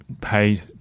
paid